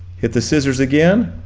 hit the scissors again.